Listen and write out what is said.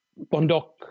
bondok